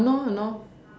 !hannor! !hannor!